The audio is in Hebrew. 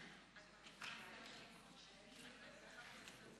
שנייה ושלישית.